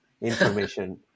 information